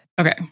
Okay